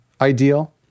ideal